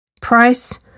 Price